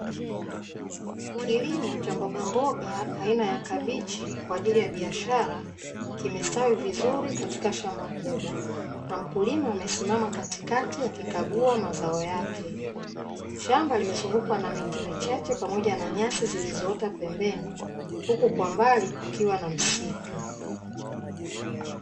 Kilimo cha mbogamboga aina ya kabichi kwa ajili ya biashara, kimestawi vizuri katika shamba kubwa, na mkulima amesimama katikati akikagua mazo yake. Shamba limezungukwa na miti michache pamoja na nyasi zilizoota pembeni, huku kwa mbali kukiwa na msitu.